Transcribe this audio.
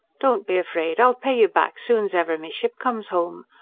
don't be afraid, i'll pay you back soon's ever me ship comes home,